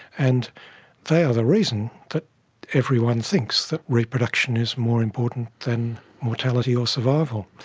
and they are the reason that everyone thinks that reproduction is more important than mortality or survival.